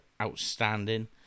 outstanding